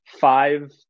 five